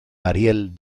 ariel